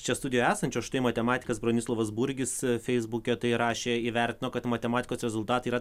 čia studijoj esančios štai matematikas bronislovas burgis feisbuke tai rašė įvertino kad matematikos rezultatai yra